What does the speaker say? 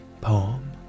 poem